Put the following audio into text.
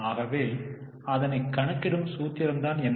ஆகவே அதனை கணக்கிடும் சூத்திரம் என்ன